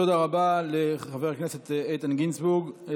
תודה רבה לחבר הכנסת איתן גינזבורג.